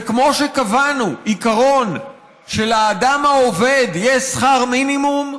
וכמו שקבענו עיקרון שלאדם העובד יש שכר מינימום,